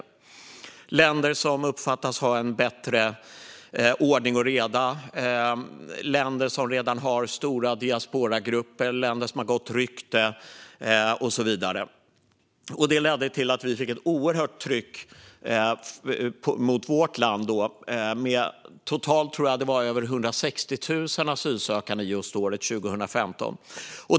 Det är länder som uppfattas ha bättre ordning och reda, som redan har stora diasporagrupper, som har gott rykte och så vidare. Det gjorde att vi fick ett oerhört tryck i vårt land. Jag tror att över 160 000 asylsökande kom år 2015.